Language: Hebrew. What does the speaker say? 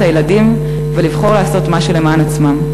הילדים ולבחור לעשות משהו למען עצמם.